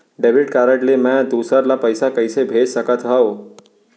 Debit card ले मैं दूसर ला पइसा कइसे भेज सकत हओं?